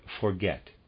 forget